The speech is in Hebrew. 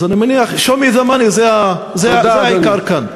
אז אני מניח, show me the money זה העיקר כאן.